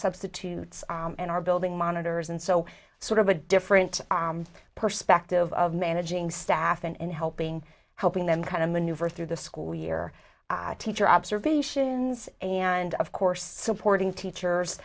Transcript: substitutes and our building monitors and so sort of a different perspective of managing staffing and helping helping them kind of maneuver through the school year teacher observations and of course supporting teachers